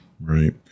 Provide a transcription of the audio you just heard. Right